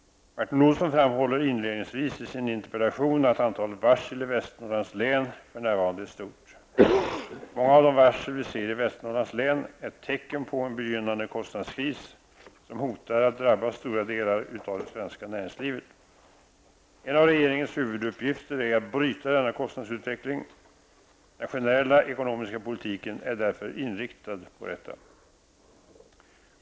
Martin Olsson framhåller inledningsvis i sin interpellation att antalet varsel i Västernorrlands län för närvarande är stort. Många av de varsel vi ser i Västernorrlands län är tecken på en begynnande kostnadskris som hotar att drabba stora delar av det svenska näringslivet. En av regeringens huvuduppgifter är att bryta denna kostnadsutveckling. Den generella ekonomiska politiken är därför inriktad på detta.